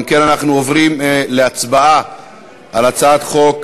אם כן, אנחנו עוברים להצבעה על הצעת חוק